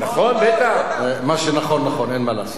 מה שנכון נכון, אין מה לעשות.